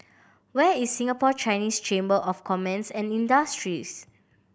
where is Singapore Chinese Chamber of Commerce and Industry